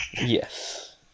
yes